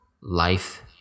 life